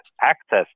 access